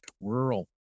rural